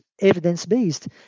evidence-based